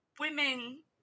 women